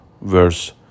verse